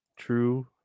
True